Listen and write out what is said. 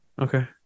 Okay